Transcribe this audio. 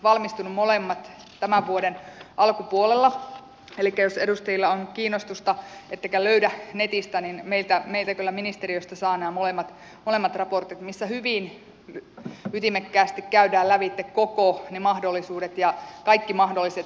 nämä molemmat ovat valmistuneet tämän vuoden alkupuolella elikkä jos edustajilla on kiinnostusta ettekä löydä netistä niin meiltä kyllä ministeriöstä saa nämä molemmat raportit missä hyvin ytimekkäästi käydään lävitse kaikki ne mahdollisuudet ja kaikki mahdolliset reitit